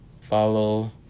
follow